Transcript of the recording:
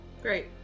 great